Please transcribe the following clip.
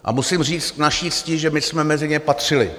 A musím říct k naší cti, že my jsme mezi ně patřili.